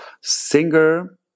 singer